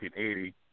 1980